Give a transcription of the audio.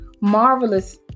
Marvelous